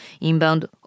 Inbound